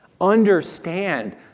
Understand